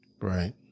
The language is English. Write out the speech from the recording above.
Right